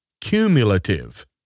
cumulative